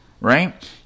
right